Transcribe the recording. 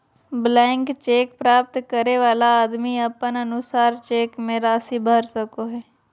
blank cheque प्राप्त करे वाला आदमी अपन अनुसार चेक मे राशि भर सको हय